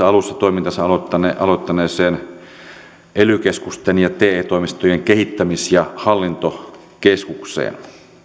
alussa toimintansa aloittaneeseen aloittaneeseen ely keskusten ja te toimistojen kehittämis ja hallintokeskukseen